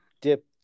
dip